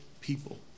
people